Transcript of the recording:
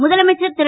முதலமைச்சர் ரு